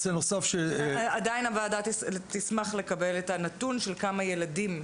הוועדה עדיין תשמח לקבל את הנתון של כמה ילדים.